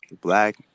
black